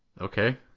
okay